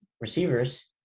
receivers